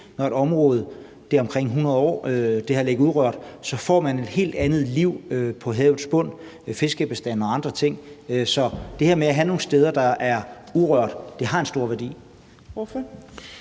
når et område i omkring 100 år har ligget urørt hen, får man et helt andet liv på havets bund med hensyn til fiskebestande og andre ting. Så det her med at have nogle steder, der er urørte, har en stor værdi.